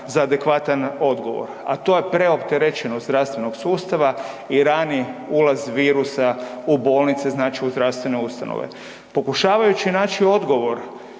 za adekvatan odgovor, a to je preopterećenost zdravstvenog sustava i rani ulaz virusa u bolnice znači u zdravstvene ustanove. Pokušavajući naći odgovor